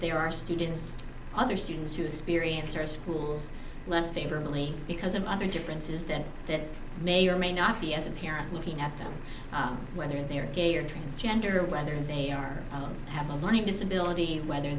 there are students other students who experience our schools less favorably because of other differences that that may or may not be as a parent looking at them whether they are gay or transgender whether they are going to have a learning disability whether